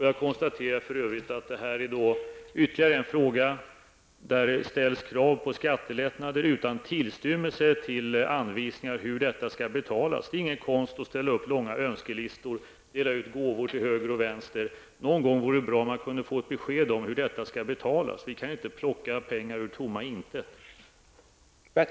Jag konstaterar för övrigt att detta är ytterligare en fråga där det ställs krav på skattelättnader utan att det finns en tillstymmelse till anvisningar hur detta skall betalas. Det är ingen konst att sätta upp långa önskelistor och dela ut gåvor till höger och vänster, men det vore bra om man någon gång kunde få ett besked om hur detta skall betalas. Vi kan inte plocka pengar ur tomma intet.